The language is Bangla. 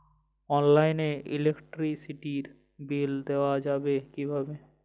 অনলাইনে ইলেকট্রিসিটির বিল দেওয়া যাবে কিভাবে?